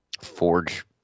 Forge